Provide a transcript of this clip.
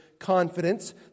Confidence